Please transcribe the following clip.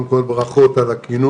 קודם כל ברכות על הכינוס.